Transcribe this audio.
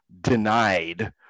denied